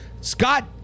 Scott